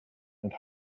and